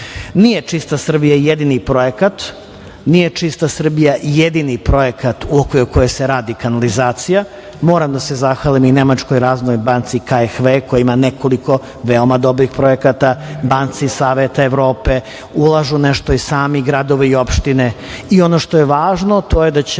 za svaku građanku i građanina. Nije „Čista Srbija“ jedini projekat u okviru koje se radi kanalizacija. Moram da se zahvalim i Nemačkoj razvojnoj banci KfW, koja ima nekoliko veoma dobrih projekata, banci Saveta Evrope. Ulažu nešto i sami gradovi i opštine. Ono što je važno to je da ćemo